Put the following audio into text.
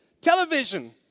Television